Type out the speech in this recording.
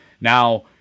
Now